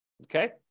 Okay